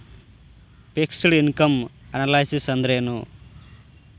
Fixed income analysis ಅಂದ್ರೆನು?